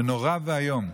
זה נורא ואיום.